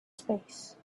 space